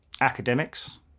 academics